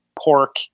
pork